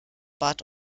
bat